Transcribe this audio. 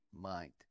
mind